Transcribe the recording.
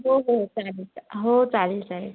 हो हो चालेल चा हो चालेल चालेल